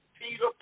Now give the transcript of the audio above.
Peter